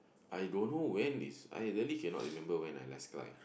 I don't know when is I really cannot remember when I last cry